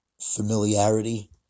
familiarity